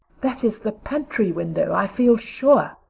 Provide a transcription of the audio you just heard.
that is the pantry window, i feel sure,